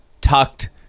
Tucked